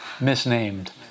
misnamed